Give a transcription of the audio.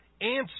answer